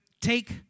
take